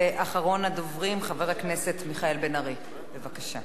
ואחרון הדוברים, חבר הכנסת מיכאל בן-ארי, בבקשה.